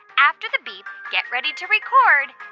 after the beep, get ready to record